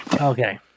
Okay